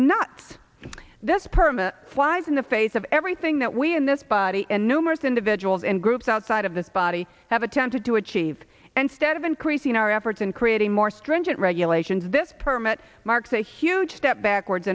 permanent flies in the face of everything that we in this body and numerous individuals and groups outside of this body have attempted to achieve and stead of increasing our efforts and creating more stringent regulations this permit marks a huge step backwards